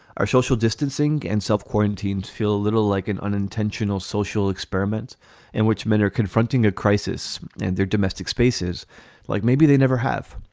our social distancing and self-quarantined feel a little like an unintentional social experiment in which men are confronting a crisis and their domestic spaces like maybe they never have.